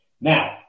Now